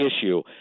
issue